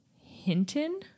hinton